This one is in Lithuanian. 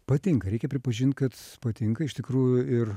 patinka reikia pripažint kad patinka iš tikrųjų ir